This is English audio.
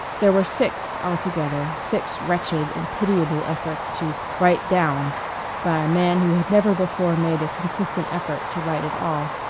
there were six altogether, six wretched and pitiable efforts to write down by a man who had never before made a consistent effort to write at all.